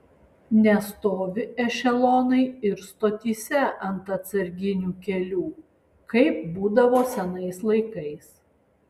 nestovi ešelonai ir stotyse ant atsarginių kelių kaip būdavo senais laikais